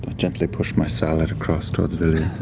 gently push my salad across towards vilya.